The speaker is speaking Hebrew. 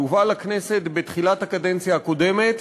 היא הובאה לכנסת בתחילת הקדנציה הקודמת,